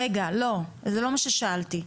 רגע, זה לא מה ששאלתי.